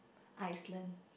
Iceland